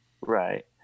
Right